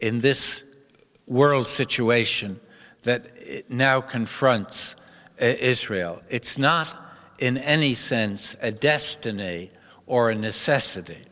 in this world situation that now confronts israel it's not in any sense a destiny or a necessity